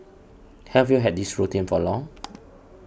have you had this routine for long